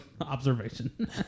observation